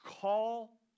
call